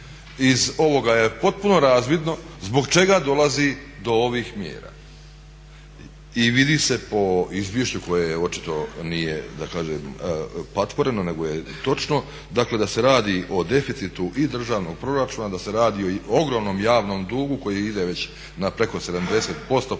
iz ovoga je potpuno razvidno zbog čega dolazi do ovih mjera. I vidi se po izvješću koje očito nije da kažem patvoreno nego je točno dakle da se radi o deficitu i državnog proračuna, da se radi o ogromnom javnom dugu koji ide već na preko 70% po